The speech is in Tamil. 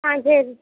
ஆ சரி